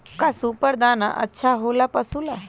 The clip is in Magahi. का सुपर दाना अच्छा हो ला पशु ला?